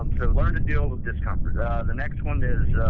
um so learn to deal with discomfort. ah the next one is yeah